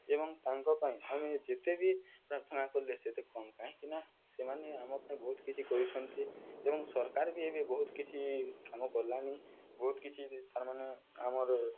ଏବଂ ତାଙ୍କ ପାଇଁ ଆମେ ଯେତେ ବି ପ୍ରାର୍ଥନା କଲେ ସେତେ କମ୍ କାହିଁକିନା ସେମାନେ ଆମ ପାଇଁ ବହୁତ କିଛି କରୁଛନ୍ତି ଏବଂ ସରକାର ବି ଏବେ ବହୁତ କିଛି କାମ କଲାଣି ବହୁତ କିଛି ତାରମାନେ ଆମର